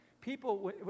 people